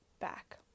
back